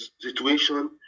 situation